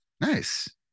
Nice